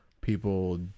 people